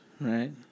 right